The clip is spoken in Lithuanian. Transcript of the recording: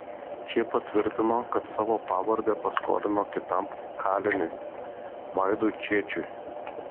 čiepa tvirtino kad savo pavardę paskolino kitam kaliniui vaidui čėčiui